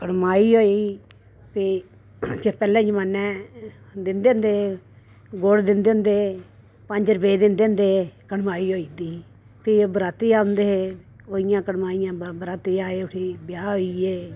कड़माई होई भी पैह्ले जमान्ने दिंदे होंदे हे गुड़ दिंदे होंदे हे पंज रुपए दिंदे होंदे हे कड़माई होई दी ही भी बराती औंदे हे ओह् होइयां कड़माइयां बराती आये उठी ब्याह् होइये